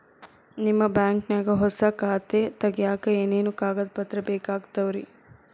ನಿಮ್ಮ ಬ್ಯಾಂಕ್ ನ್ಯಾಗ್ ಹೊಸಾ ಖಾತೆ ತಗ್ಯಾಕ್ ಏನೇನು ಕಾಗದ ಪತ್ರ ಬೇಕಾಗ್ತಾವ್ರಿ?